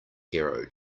hero